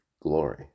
glory